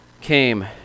came